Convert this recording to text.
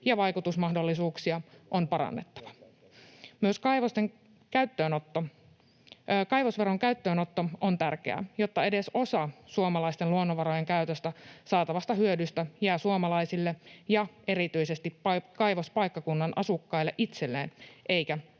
ja vaikutusmahdollisuuksia on parannettava. Myös kaivosveron käyttöönotto on tärkeää, jotta edes osa suomalaisten luonnonvarojen käytöstä saatavasta hyödystä jää suomalaisille ja erityisesti kaivospaikkakunnan asukkaille itselleen, eikä